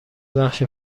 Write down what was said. بخش